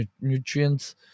nutrients